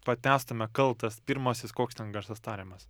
patęstume kaltas pirmasis koks ten garsas tariamas